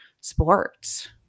sports